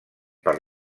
per